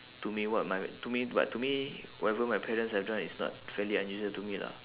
to me what my to me but to me whatever my parents have done is not fairly unusual to me lah